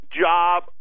job